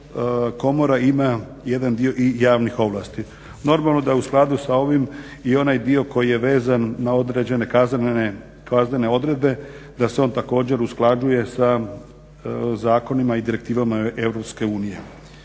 komora ima jedan dio i javnih ovlasti. Normalno da u skladu sa ovim i onaj dio koji je vezan na određene kaznene odredbe da se on također usklađuje sa zakonima i direktivama EU.